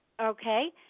Okay